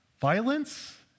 Violence